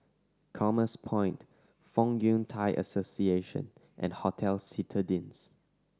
Commerce Point Fong Yun Thai Association and Hotel Citadines